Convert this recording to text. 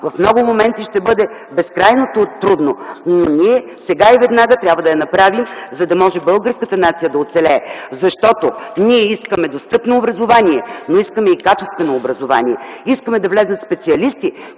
в много моменти ще бъде безкрайно трудно, но ние сега и веднага трябва да я направим, за да може българската нация да оцелее. Ние искаме достъпно образование, но искаме и качествено образование. Искаме да влязат специалисти,